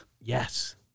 Yes